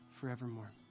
forevermore